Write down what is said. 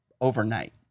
overnight